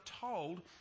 told